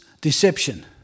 deception